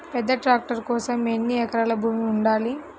పెద్ద ట్రాక్టర్ కోసం ఎన్ని ఎకరాల భూమి ఉండాలి?